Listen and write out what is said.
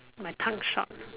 my tongue short